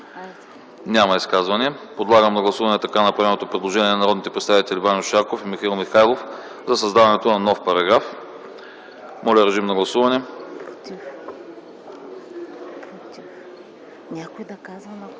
Няма изказвания. Подлагам на гласуване така направеното предложение от народните представители Ваньо Шарков и Михаил Михайлов за създаването на нов параграф. Моля, гласувайте.